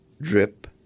drip